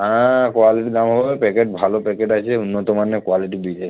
হ্যাঁ কোয়ালিটি দাম হবে প্যাকেট ভালো প্যাকেট আছে উন্নত মানের কোয়ালিটির বীজ আছে